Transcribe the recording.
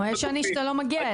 יש עני שאתה לא מגיע אליו.